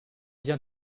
bien